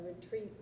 retreat